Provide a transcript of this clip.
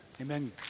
Amen